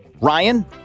Ryan